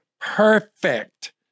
perfect